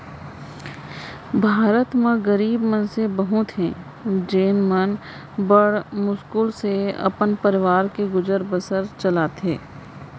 भारत म गरीब मनसे बहुत हें जेन मन बड़ मुस्कुल ले अपन परवार के गुजर बसर चलाथें